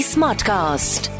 Smartcast